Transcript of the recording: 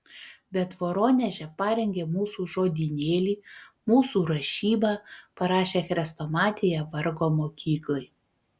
bet voroneže parengė mūsų žodynėlį mūsų rašybą parašė chrestomatiją vargo mokyklai